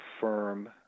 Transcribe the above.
firm